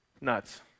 nuts